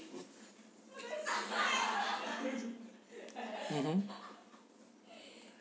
mmhmm